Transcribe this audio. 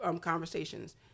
conversations